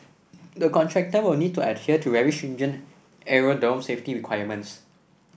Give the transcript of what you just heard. the contractor will need to adhere to very stringent aerodrome safety requirements